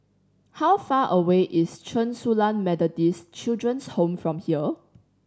how far away is Chen Su Lan Methodist Children's Home from here